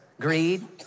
Greed